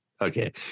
Okay